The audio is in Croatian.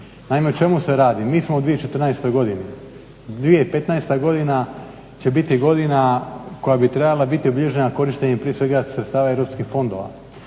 Naime, o čemu se radi? Mi smo u 2014. godini, 2015. godina će biti godina koja bi trebala biti obilježena korištenjem prije svega sredstava europskih fondova.